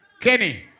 Kenny